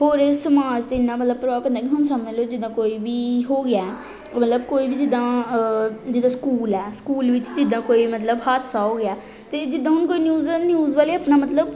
ਹੋਰ ਸਮਾਜ 'ਤੇ ਇੰਨਾ ਮਤਲਬ ਪ੍ਰਭਾਵ ਪੈਂਦਾ ਕਿ ਹੁਣ ਸਮਝ ਲਉ ਜਿੱਦਾਂ ਕੋਈ ਵੀ ਹੋ ਗਿਆ ਮਤਲਬ ਕੋਈ ਵੀ ਜਿੱਦਾਂ ਜਿੱਦਾਂ ਸਕੂਲ ਹੈ ਸਕੂਲ ਵਿੱਚ ਜਿੱਦਾਂ ਕੋਈ ਮਤਲਬ ਹਾਦਸਾ ਹੋ ਗਿਆ ਅਤੇ ਜਿੱਦਾਂ ਹੁਣ ਕੋਈ ਨਿਊਜ਼ ਨਿਊਜ਼ ਵਾਲੇ ਆਪਣਾ ਮਤਲਬ